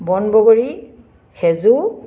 বনবগৰী খেজু